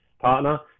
partner